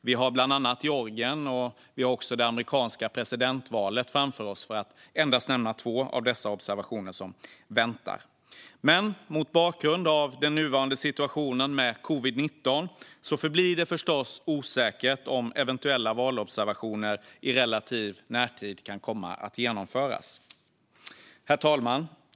Vi har bland annat valet i Georgien och det amerikanska presidentvalet framför oss, för att endast nämna två av de observationer som väntar. Men mot bakgrund av den nuvarande situationen med covid-19 förblir det förstås osäkert om observationer av eventuella val i relativ närtid kan komma att genomföras. Herr talman!